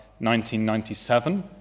1997